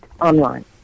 online